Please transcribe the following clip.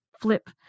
flip